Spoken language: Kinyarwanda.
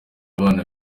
abana